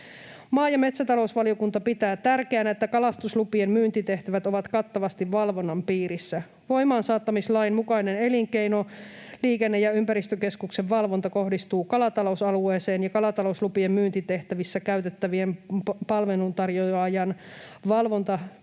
Maa‑ ja metsätalousvaliokunta pitää tärkeänä, että kalastuslupien myyntitehtävät ovat kattavasti valvonnan piirissä. Voimaansaattamislain mukainen elinkeino‑, liikenne‑ ja ympäristökeskuksen valvonta kohdistuu kalatalousalueeseen, ja kalatalouslupien myyntitehtävissä käytettävien palveluntarjoajien valvonta perustuu